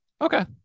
Okay